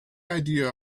idea